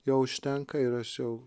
jau užtenka ir aš jau